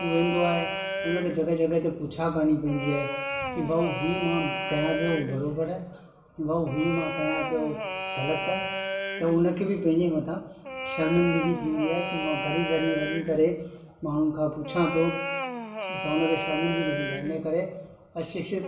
हू वेंदो आहे हुन खे जॻहि जॻहि ते पुछा करिणी पवंदी आहे की भाऊ हीउ मां कयां पियो बराबरि आहे भाऊ हीअ मां कयां पियो ग़लति आहे त उन खे बि पंहिंजे मथां शर्मिंदगी थींदी आहे की मां घड़ी घड़ी वञी करे माण्हुनि खां पुछा थो त उन खे शर्मिंदगी थींदी आहे त इने करे अशिक्षित